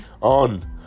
on